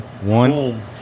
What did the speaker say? One